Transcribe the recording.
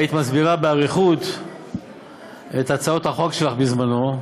היית מסבירה באריכות את הצעות החוק שלך, בזמנו,